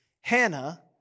Hannah